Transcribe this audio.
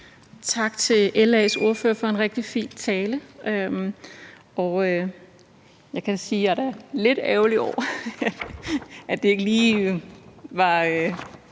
Tak til LA's ordfører for en rigtig fin tale. Jeg kan sige, at jeg da er lidt ærgerlig over, at det ikke lige var